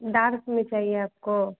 dark में चाहिए आपको